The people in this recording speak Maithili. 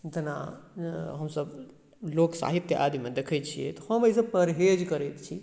जेना हमसभ लोक साहित्य आदिमे देखैत छियै तऽ हम एहिसँ परहेज करैत छी